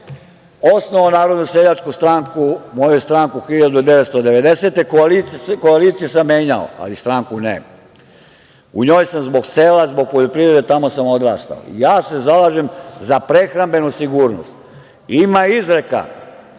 osnovao Narodnu seljačku stranku, moju stranku 1990. godine, koalicije sam menjao, ali stranku ne, u njoj sam zbog sela, zbog poljoprivrede, tamo sam odrastao. Ja se zalažem za prehrambenu sigurnost. Ima izreka,